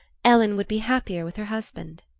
ellen would be happier with her husband.